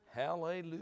hallelujah